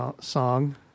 song